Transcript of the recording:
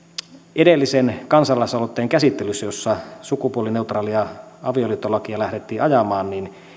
edellisen kansalaisaloitteen käsittelyssä jossa sukupuolineutraalia avioliittolakia lähdettiin ajamaan